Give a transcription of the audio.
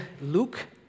Luke